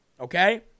Okay